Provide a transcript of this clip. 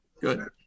Good